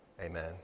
Amen